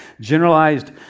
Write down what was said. generalized